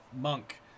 monk